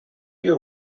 your